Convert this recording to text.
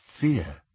fear